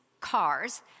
cars